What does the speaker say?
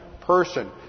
person